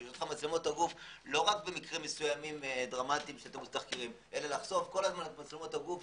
מצלמות הגוף - לא רק במקרים דרמטיים אלא לחשוף אותן כל הזמן כדי שנדע.